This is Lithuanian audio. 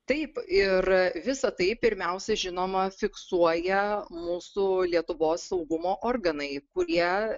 taip ir visa tai pirmiausia žinoma fiksuoja mūsų lietuvos saugumo organai kurie